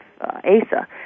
Asa